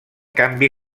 canvi